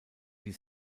die